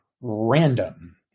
random